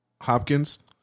Hopkins